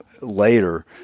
later